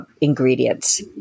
ingredients